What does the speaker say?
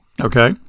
okay